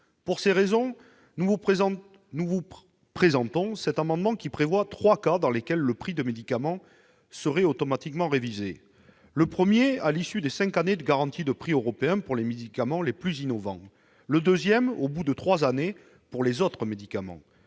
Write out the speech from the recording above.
Pour ces raisons, nous vous présentons cet amendement, qui prévoit trois cas dans lesquels le prix du médicament serait automatiquement révisé : à l'issue des cinq années de garantie de prix européen pour les médicaments les plus innovants ; à l'échéance de trois ans pour les autres médicaments